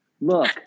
look